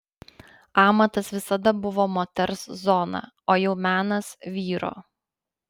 amatas visada buvo moters zona o jau menas vyro